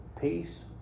peace